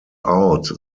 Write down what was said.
out